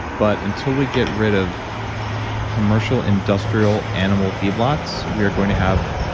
but until we get rid of commercial, industrial animal feed lots, we are going to have